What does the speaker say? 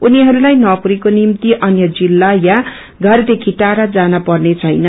उनिहरूलाई नौकरीको निम्ति अन्य जिल्ला या घरदेखि डाड़ा जान पर्नेछैन